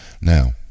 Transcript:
Now